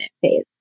phase